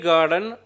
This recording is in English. Garden